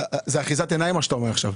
זאת אחיזת עיניים, מה שאת האומר עכשיו.